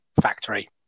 factory